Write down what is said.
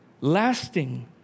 lasting